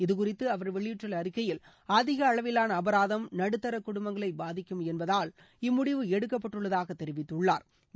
இது குறித்து அவர் வெளியிட்டுள்ள அறிக்கையில் அதிக அளவிலான அபராதம் நடுத்தர குடும்பங்களை பாதிக்கும் என்பதால் இம்முடிவு எடுக்கப்பட்டுள்ளதாக தெரிவித்துள்ளாா்